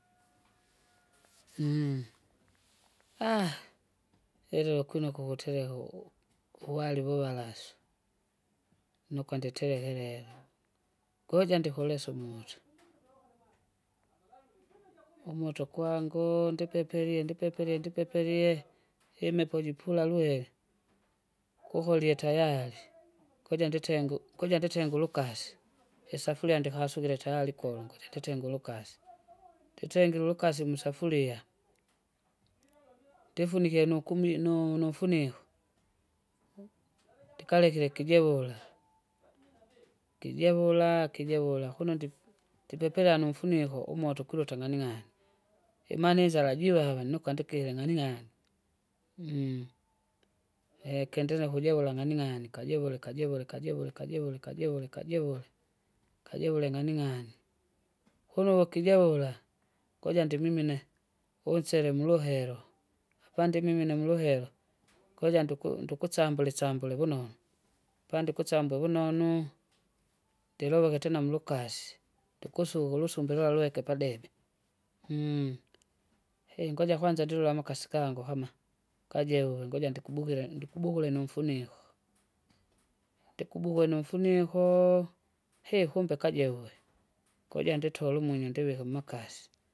aaha! ili lukwine ukughutereka u- uwari wuvalasu. Nukwende nditerekerera, koja ndikulise umoto, umoto kwangu ndipepelie ndipepelie ndipepelie, imepo jipula lwele, kukolie tayari kuja nditengu kuja nditengu ulukasi, isafuria ndikasukile tayari kuula nguja njitengu ulukasi, nditengire uluksi musafuria, ndifunike nukumi- nu- nu- ufuniko. ndikalekele kijevula, kijevula kijevula kuno ndip- ndipepela numfuniko umoto kuluto ng'aning'ani imaana inzala jivava nukandikile ng'aning'ani, kendelee nakuja vula ng'aning'ani kajivule kajivule kajivule kajivule kajivule kajiule, kajivule ng'aning'ani. Kuno wukijevula, kuja ndimimine, unsele muluhelo, apandimimine muluhelo kuja nduku- ndukusambula isambule vunonu, apandikusambwe vunonu, ndilobheka tena mulukasi ndikusuka ulusumbula lweke padebe, hii! ngoja kwanza ndilula amaksi hama, kajeuve nguja ndikubukila ndikubukila numfuniko. Ndikubukwe numfuniko! hee kumbe kajewe, kuja nditole umwinyo ndivika mmakasi.